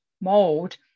mode